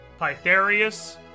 Pytharius